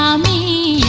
um me